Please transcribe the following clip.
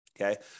okay